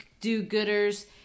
do-gooders